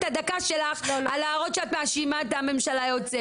הדקה שלך על הערות שאת מאשימה את הממשלה היוצאת,